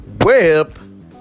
Web